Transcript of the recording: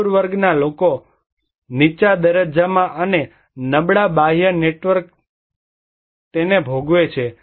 મજૂર વર્ગના લોકો નીચા દરજ્જામાં અને નબળા બાહ્ય નેટવર્ક તેણી ભોગવે છે